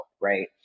right